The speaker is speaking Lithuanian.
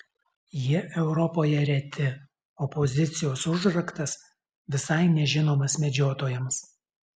jie europoje reti o pozicijos užraktas visai nežinomas medžiotojams